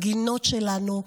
שהגינות שלנו,